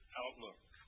outlook